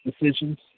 decisions